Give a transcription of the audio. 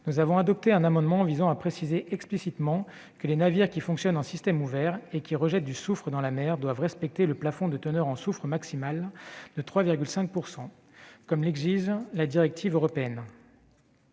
commission a adopté un amendement visant à préciser explicitement que les navires qui fonctionnent en système ouvert et qui rejettent du soufre dans la mer doivent respecter le plafond de teneur en soufre maximale de 3,5 %, comme l'exige la directive européenne.